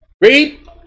Read